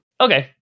Okay